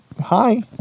hi